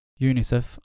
UNICEF